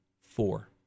Four